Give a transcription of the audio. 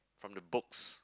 from the books